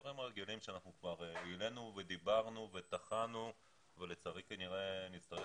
הדברים הרגילים עליהם אנחנו כבר דיברנו וטחנו ולצערי כנראה נצטרך